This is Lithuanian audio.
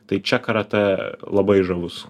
tai čia karatė labai žavus